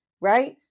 right